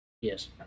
Yes